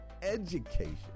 education